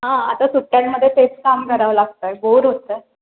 आता सुट्ट्यांमध्ये तेच काम करावं लागत आहे बोर होत आहे